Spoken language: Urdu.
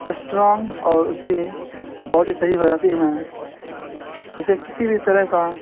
اسٹرانگ اور اس کی باڈی صحیح ہو جاتی ہیں اسے کسی بھی طرح کا